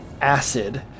acid